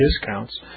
discounts